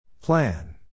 Plan